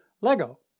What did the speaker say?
Lego